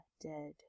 dead